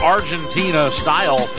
Argentina-style